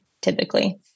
typically